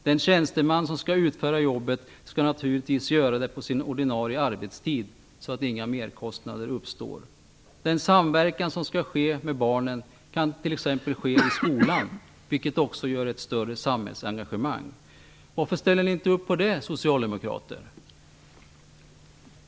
Den tjänsteman som skall utföra jobbet skall naturligtvis göra det på sin ordinarie arbetstid, så att inga merkostnader uppstår. Den samverkan som skall ske med barnen kan t.ex. ske i skolan, vilket också ger större samhällsengagemang. Varför ställer ni inte upp på det, socialdemokrater?